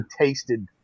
tasted